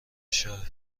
شاه